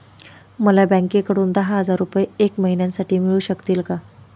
मला बँकेकडून दहा हजार रुपये एक महिन्यांसाठी मिळू शकतील का?